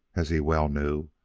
as he well knew,